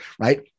right